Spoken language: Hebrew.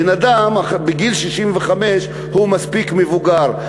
בן-אדם בגיל 65 הוא מספיק מבוגר,